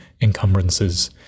encumbrances